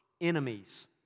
enemies